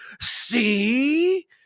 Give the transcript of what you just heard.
see